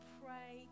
pray